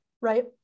right